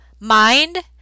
mind